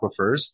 aquifers